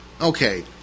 Okay